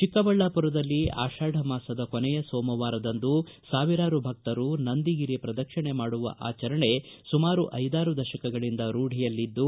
ಚಿಕ್ಕಬಳ್ಳಾಪುರದಲ್ಲಿ ಆಷಾಡ ಮಾಸದ ಕೊನೆಯ ಸೋಮವಾರದಂದು ಸಾವಿರಾರು ಭಕ್ತರು ನಂದಿಗಿರಿ ಪ್ರದಕ್ಷಿಣೆ ಮಾಡುವ ಆಚರಣೆ ಸುಮಾರು ಐದಾರು ದಶಕಗಳಂದ ರೂಢಿಯಲ್ಲಿದ್ದು